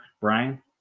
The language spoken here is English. Brian